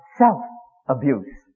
self-abuse